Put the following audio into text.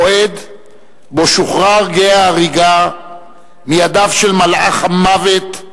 המועד שבו שוחרר גיא ההריגה מידיו של מלאך המוות,